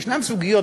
יש סוגיות,